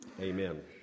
Amen